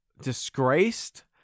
disgraced